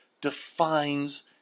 defines